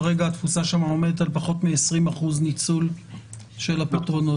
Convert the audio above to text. כרגע התפוסה שם עומדת על פחות מ-20% ניצול של הפתרונות.